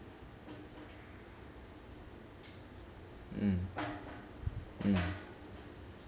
mm mm